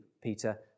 Peter